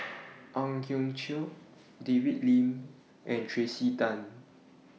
Ang Hiong Chiok David Lim and Tracey Tan